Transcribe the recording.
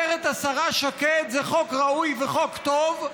אומרת השרה שקד: זה חוק ראוי וחוק טוב.